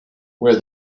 where